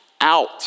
out